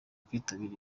kwitabira